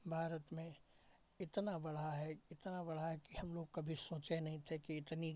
भारत में इतना बढ़ा है इतना बढ़ा है कि हम लोग कभी सोचे नहीं थे कि इतनी